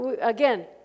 Again